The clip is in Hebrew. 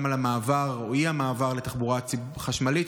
גם על המעבר או האי-מעבר לתחבורה חשמלית.